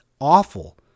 awful